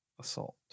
assault